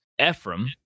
Ephraim